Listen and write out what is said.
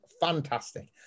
fantastic